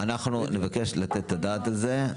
אנחנו עוד נבקש לתת את הדעת על זה.